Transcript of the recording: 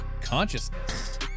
consciousness